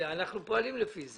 אנחנו פועלים לפי זה.